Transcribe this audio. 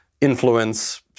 influence